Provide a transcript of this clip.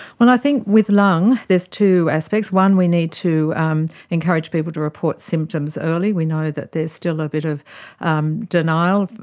well, i think with lung there's two aspects. one, we need to um encourage people to report symptoms early. we know that there is still a bit of um denial,